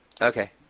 Okay